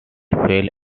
fell